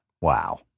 Wow